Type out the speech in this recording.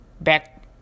back